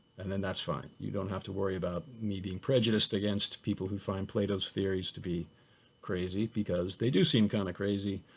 and then that's fine. you don't have to worry about me being prejudiced against people who find plato's theories to be crazy because they do seem kind of crazy.